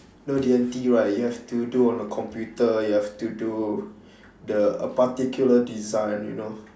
know D&T right you have to do on a computer you have to do the a particular design you know